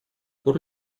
пор